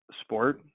sport